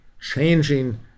changing